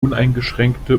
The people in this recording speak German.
uneingeschränkte